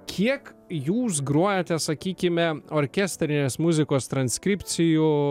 kiek jūs grojate sakykime orkestrinės muzikos transkripcijų